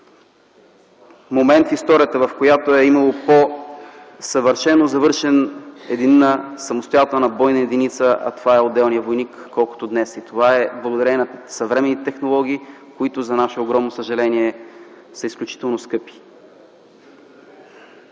моменти в историята, когато е имало по-съвършено завършена отделна самостоятелна бойна единица – отделният войник, отколкото днес. Това е благодарение на съвременните технологии, които за наше огромно съжаление са изключително скъпи.